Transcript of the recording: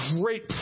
great